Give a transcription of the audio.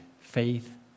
faith